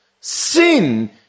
sin